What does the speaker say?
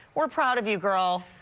we're proud of you, girl.